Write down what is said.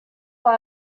why